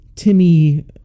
timmy